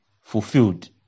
fulfilled